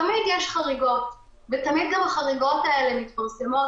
תמיד יש חריגות ותמיד גם החריגות האלה מתפרסמות.